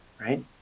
right